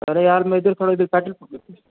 अरे यार मैं इधर खड़ा हू इधर पेट्रोल पंप